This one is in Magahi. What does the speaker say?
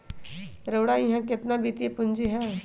रउरा इहा केतना वित्तीय पूजी हए